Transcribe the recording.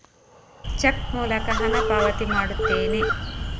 check ಮೂಲಕ ಹಣ ಪಾವತಿ ಮಾಡುತ್ತೇನೆ